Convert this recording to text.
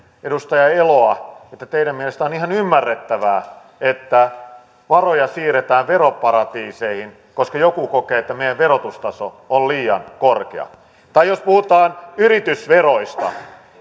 edustaja eloa että teidän mielestänne on ihan ymmärrettävää että varoja siirretään veroparatiiseihin koska joku kokee että meidän verotustaso on liian korkea tai jos puhutaan yritysveroista